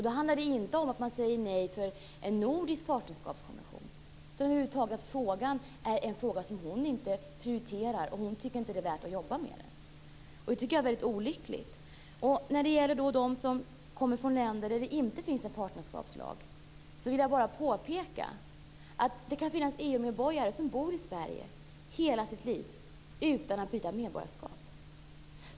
Då handlade det inte om att säga nej till en nordisk partnerskapskommission. Detta är en fråga som hon inte prioriterar och som hon inte tycker är värd att jobba med. Det är mycket olyckligt. När det gäller människor som kommer från länder där det inte finns en partnerskapslag vill jag påpeka att det kan finnas EU-medborgare som bor i Sverige under hela sitt liv utan att byta medborgarskap.